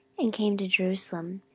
and came to jerusalem.